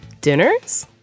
dinners